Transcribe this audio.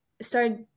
start